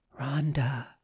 Rhonda